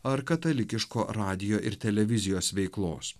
ar katalikiško radijo ir televizijos veiklos